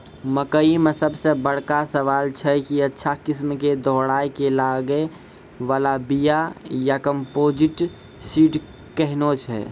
मकई मे सबसे बड़का सवाल छैय कि अच्छा किस्म के दोहराय के लागे वाला बिया या कम्पोजिट सीड कैहनो छैय?